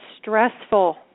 stressful